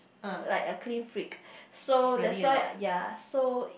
like a clean freak so that why ya so